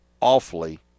awfully